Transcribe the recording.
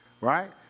right